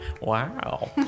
Wow